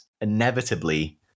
inevitably